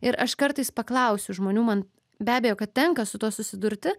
ir aš kartais paklausiu žmonių man be abejo kad tenka su tuo susidurti